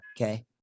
okay